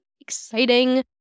exciting